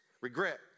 regret